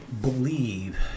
believe